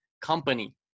company